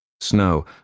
Snow